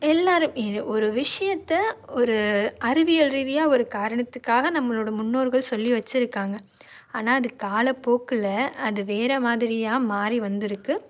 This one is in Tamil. எல்லோரும் ஒரு விஷயத்த ஒரு அறிவியல் ரீதியாக ஒரு காரணத்துக்காக நம்மளோட முன்னோர்கள் சொல்லி வெச்சுருக்காங்க ஆனால் அது காலப்போக்கில் அது வேறு மாதிரியாக மாறி வந்திருக்கு